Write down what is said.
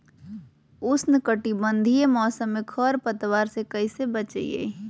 उष्णकटिबंधीय मौसम में खरपतवार से कैसे बचिये?